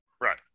Right